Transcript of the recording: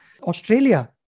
Australia